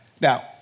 Now